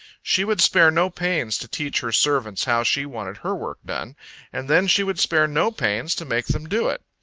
she would spare no pains to teach her servants how she wanted her work done and then she would spare no pains to make them do it.